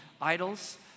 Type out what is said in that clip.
idols